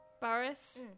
Barris